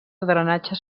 drenatge